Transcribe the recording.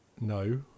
No